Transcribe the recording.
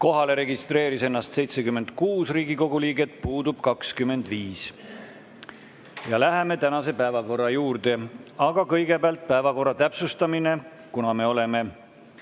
Kohalolijaks registreeris ennast 76 Riigikogu liiget, puudub 25. Läheme tänase päevakorra juurde. Aga kõigepealt päevakorra täpsustamine, kuna me oleme